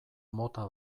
mota